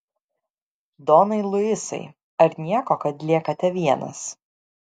donai luisai ar nieko kad liekate vienas